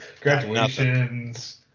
graduations